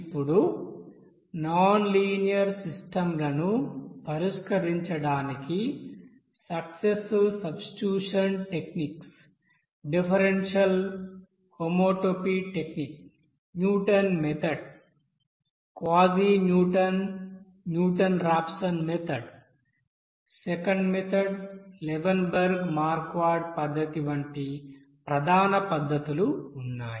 ఇప్పుడునాన్ linear సిస్టమ్లనుపరిష్కరించడానికి successive substitution techniques differential homotopy technique Newton method quasi Newton Newton Raphson method secant method Levenberg Marquardt పద్ధతి వంటి ప్రధాన పద్ధతులు ఉన్నాయి